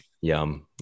Yum